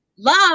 Love